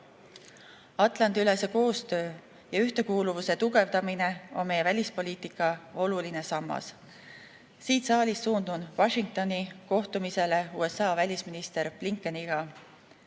panna. Atlandi-ülese koostöö ja ühtekuuluvuse tugevdamine on meie välispoliitika oluline sammas. Siit saalist suundun Washingtoni, kohtumisele USA välisministri Blinkeniga.